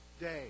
day